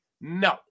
No